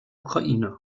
ukraine